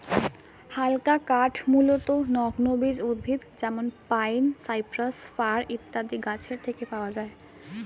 হালকা কাঠ মূলতঃ নগ্নবীজ উদ্ভিদ যেমন পাইন, সাইপ্রাস, ফার ইত্যাদি গাছের থেকে পাওয়া যায়